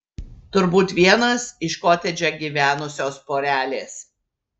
turbūt vienas iš kotedže gyvenusios porelės